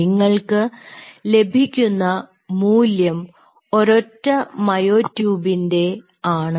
നിങ്ങൾക്ക് ലഭിക്കുന്ന മൂല്യം ഒരൊറ്റ മയോട്യൂബിനെ ആണ്